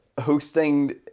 hosting